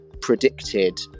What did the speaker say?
predicted